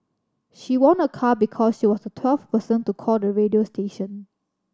she won a car because she was the twelfth person to call the radio station